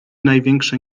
największe